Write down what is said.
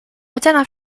odziana